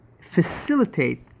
facilitate